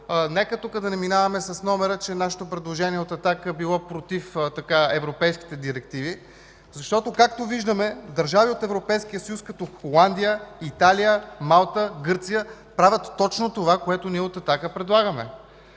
нека тук да не минаваме с номера, че предложението от „Атака” било против европейските директиви, защото, както виждаме, държави от Европейския съюз, като Холандия, Италия, Малта, Гърция, правят точно това, което ние от „Атака” предлагаме.